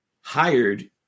hired